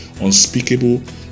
unspeakable